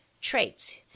traits